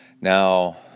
Now